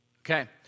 Okay